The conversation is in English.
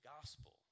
gospel